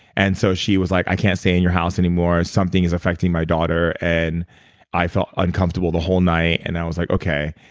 and so she was like, i can't stay in your house anymore. something is affecting my daughter. and i i felt uncomfortable the whole night. and i was like, okay.